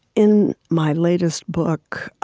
in my latest book,